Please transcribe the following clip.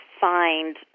find